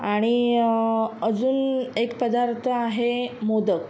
आणि अजून एक पदार्थ आहे मोदक